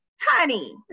Honey